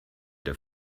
der